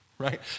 right